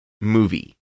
movie